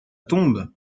tombe